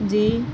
جی